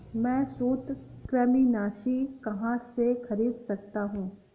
मैं सूत्रकृमिनाशी कहाँ से खरीद सकता हूँ?